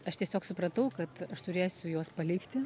aš tiesiog supratau kad aš turėsiu juos palikti